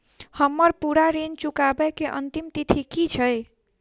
हम्मर पूरा ऋण चुकाबै केँ अंतिम तिथि की छै?